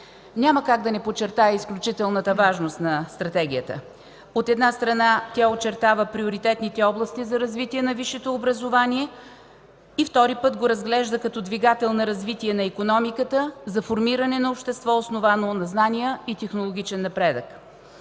Няма как да не подчертая изключителната важност на Стратегията. От една страна, тя очертава приоритетните области за развитие на висшето образование, и втори път, го разглежда като двигател на развитие на икономиката за формиране на общество, основано на знания и технологичен напредък.